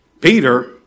Peter